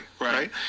right